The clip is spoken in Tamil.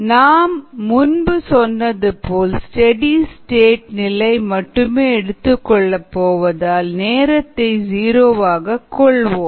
நாம் முன்பு சொன்னது போல் ஸ்டெடி ஸ்டேட் நிலை மட்டுமே எடுத்துக்கொள்ள போவதால் நேரத்தை ஜீரோவாகவே கொள்வோம்